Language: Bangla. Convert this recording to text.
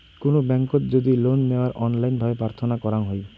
কুনো ব্যাংকোত যদি লোন নেওয়ার অনলাইন ভাবে প্রার্থনা করাঙ হই